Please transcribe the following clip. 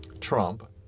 Trump